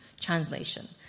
translation